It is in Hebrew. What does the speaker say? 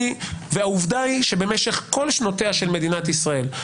העובדה היא שבמשך כל שנותיה של מדינת ישראל,